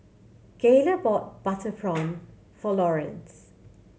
Gayla bought butter prawn for Lawrence